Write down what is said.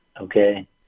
okay